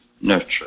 nurture